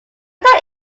that